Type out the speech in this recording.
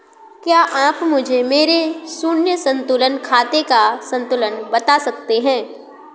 क्या आप मुझे मेरे शून्य संतुलन खाते का संतुलन बता सकते हैं?